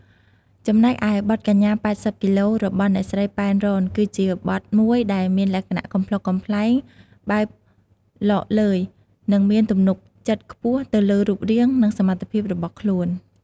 ចំណែកឯ បទ កញ្ញា ៨០ គីឡូ របស់អ្នកស្រី ប៉ែន រ៉ន គឺជាបទមួយដែលមានលក្ខណៈកំប្លុកកំប្លែង បែបឡកឡឺយ និងមានទំនុកចិត្តខ្ពស់ទៅលើរូបរាង និងសមត្ថភាពរបស់ខ្លួន។